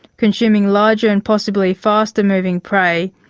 consuming larger and possibly faster moving prey,